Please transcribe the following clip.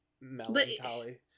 melancholy